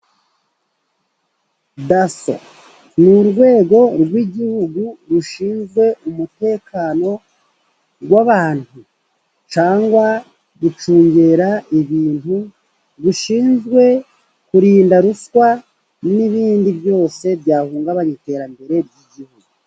Daso ni urwego rw'igihugu rushinzwe umutekano w'abantu. Cyangwa gucungera ibintu, rushinzwe kurinda ruswa n'ibindi byose, byahungabanya iterambere ry'igihugu.